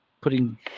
putting